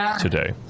today